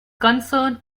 concerned